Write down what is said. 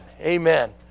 Amen